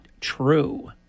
true